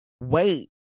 Wait